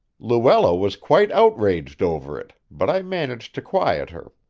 luella was quite outraged over it, but i managed to quiet her.